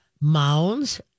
Mounds